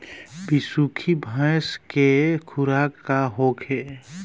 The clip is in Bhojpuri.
बिसुखी भैंस के खुराक का होखे?